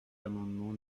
amendement